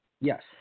Yes